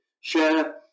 share